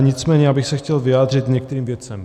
Nicméně já bych se chtěl vyjádřit k některým věcem.